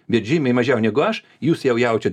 bet žymiai mažiau negu aš jūs jau jaučiat